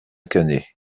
cannet